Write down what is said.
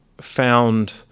found